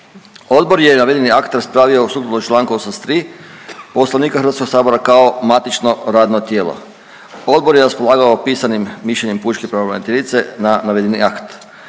Odbor je navedeni akt raspravio …/Govornik se ne razumije./… čl. 83. Poslovnika HS kao matično radno tijelo. Odbor je raspolagao pisanim mišljenjem pučke pravobraniteljice na navedeni akt.